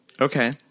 Okay